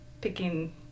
picking